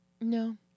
No